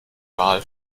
wahl